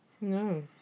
No